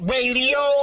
Radio